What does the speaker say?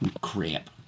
Crap